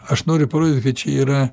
aš noriu parodyti kad čia yra